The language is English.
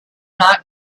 not